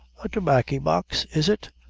a tobaccy-box is it?